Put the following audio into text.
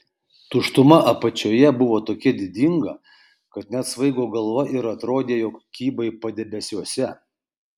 tuštuma apačioje buvo tokia didinga kad net svaigo galva ir atrodė jog kybai padebesiuose